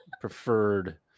preferred